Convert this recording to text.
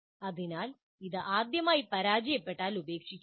അതിനാൽ ഇത് ആദ്യമായി പരാജയപ്പെട്ടാൽ ഉപേക്ഷിക്കരുത്